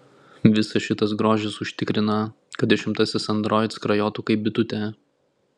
visas šitas grožis užtikrina kad dešimtasis android skrajotų kaip bitutė